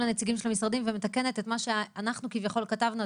הנציגים של המשרדים ומתקנת את מה שאנחנו כביכול כתבנו.